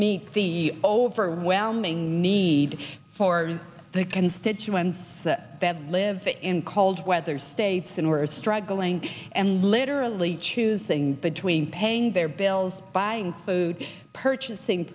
meet the overwhelming need for the constituents that live in cold weather states and were struggling and literally choosing between paying their bills buying food purchasing